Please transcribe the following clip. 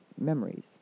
memories